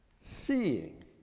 seeing